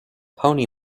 pony